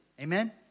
Amen